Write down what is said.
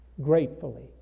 gratefully